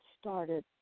started